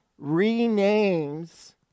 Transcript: renames